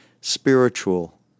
spiritual